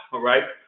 alright,